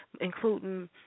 including